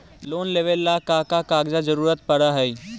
Loan लेवेला का का कागजात जरूरत पड़ हइ?